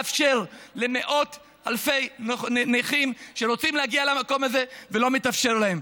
לאפשר למאות אלפי נכים שרוצים להגיע למקום הזה ולא מתאפשר להם.